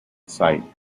sight